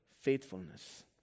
faithfulness